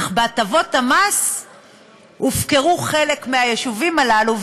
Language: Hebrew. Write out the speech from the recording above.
אך בהטבות המס הופקרו חלק מהיישובים הללו,